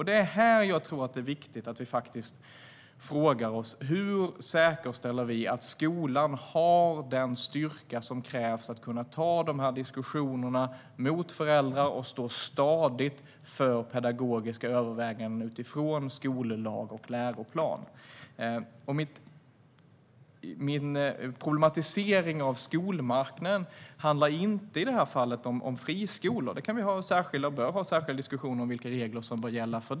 Det är här jag tror att det är viktigt att vi frågar oss: Hur säkerställer vi att skolan har den styrka som krävs för att kunna ta dessa diskussioner med föräldrar och stå stadigt för pedagogiska överväganden utifrån skollag och läroplan? Min problematisering av skolmarknaden handlar i det här fallet inte om friskolor. Vi kan och bör ha särskilda diskussioner om vilka regler som bör gälla där.